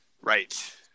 right